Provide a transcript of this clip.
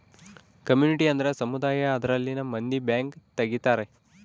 community ಅಂದ್ರ ಸಮುದಾಯ ಅದರಲ್ಲಿನ ಮಂದಿ ಬ್ಯಾಂಕ್ ತಗಿತಾರೆ